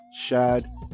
Shad